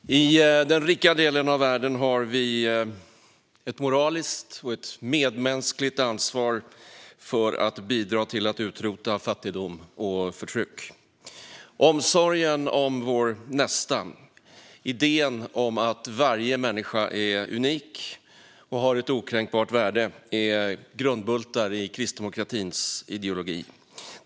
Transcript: Fru talman! I den rika delen av världen har vi ett moraliskt och medmänskligt ansvar att bidra till att utrota fattigdom och förtryck. Omsorgen om vår nästa och idén om att varje människa är unik och har ett okränkbart värde är grundbultar i kristdemokratins ideologi.